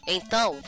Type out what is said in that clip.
Então